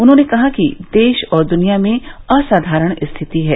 उन्होंने कहा कि देश और दृनिया में असाधारण स्थिति है